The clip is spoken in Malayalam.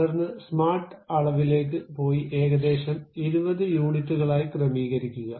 തുടർന്ന് സ്മാർട്ട് അളവിലേക്ക് പോയി ഏകദേശം 20 യൂണിറ്റുകളായി ക്രമീകരിക്കുക